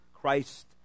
Christ